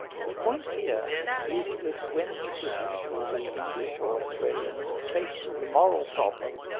the point here is that when the british or the english or australians are faced with a moral problem,